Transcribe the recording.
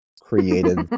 created